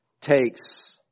Takes